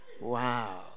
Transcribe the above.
Wow